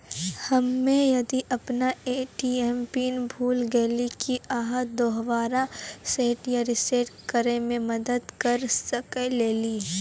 हम्मे यदि अपन ए.टी.एम पिन भूल गलियै, की आहाँ दोबारा सेट या रिसेट करैमे मदद करऽ सकलियै?